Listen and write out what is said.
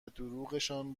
دروغشان